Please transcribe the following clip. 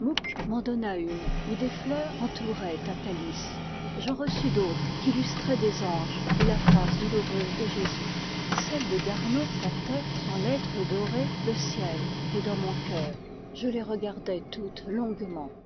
donna une où des fleurs entouraient un calice j'en reçus d'autres qu'illustraient des anges ou la face douloureuse de jésus celle de gernon portait en lettres dorées le ciel est dans mon cœur je les regardai toutes longuement